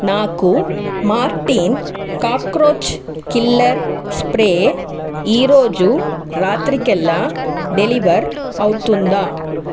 నాకు Mortein cockroach killer spray ఈరోజు రాత్రికల్లా డెలివర్ అవుతుందా